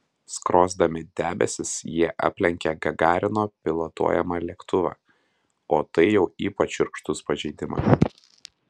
skrosdami debesis jie aplenkė gagarino pilotuojamą lėktuvą o tai jau ypač šiurkštus pažeidimas